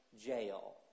jail